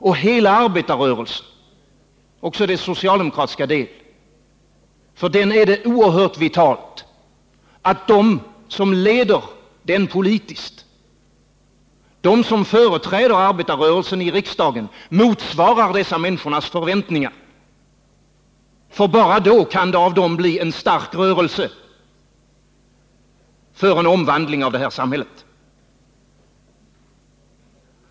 För hela arbetarrörelsen, också för dess socialdemokratiska del, är det oerhört vitalt att de som leder denna politiskt, de som företräder arbetarrörelsen i riksdagen, motsvarar dessa människors förväntningar. Bara då kan det av dem bli en stark rörelse för en omvandling av det här samhället.